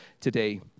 today